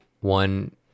one